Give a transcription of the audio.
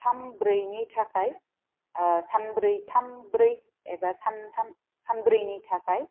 सानब्रैनि थाखाय सानब्रै थाम ब्रै एबा सानथाम सानब्रैनि थाखाय